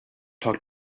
talk